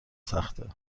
سخته